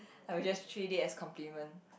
I will just treat it as compliment